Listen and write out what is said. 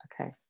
Okay